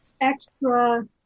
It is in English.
extra